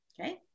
okay